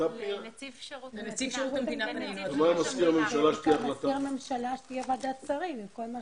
לנציג שירות המדינה פנינו, אדוני היושב-ראש.